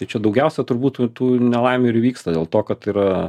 tai čia daugiausia turbūt tų tų nelaimių ir įvyksta dėl to kad yra